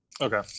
Okay